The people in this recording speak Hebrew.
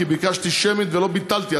כי ביקשתי שמית ולא ביטלתי.